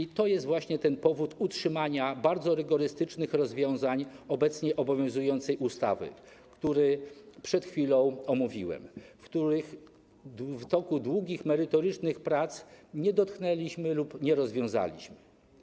I to jest właśnie powód utrzymania bardzo rygorystycznych rozwiązań obecnie obowiązującej ustawy, którą przed chwilą omówiłem, rozwiązań, których w toku długich merytorycznych prac nie dotknęliśmy lub nie rozwiązaliśmy.